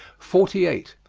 forty eight.